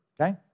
okay